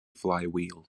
flywheel